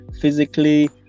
physically